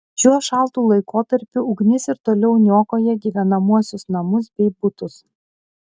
šiuo šaltu laikotarpiu ugnis ir toliau niokoja gyvenamuosius namus bei butus